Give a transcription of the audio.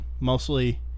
Mostly